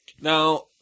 Now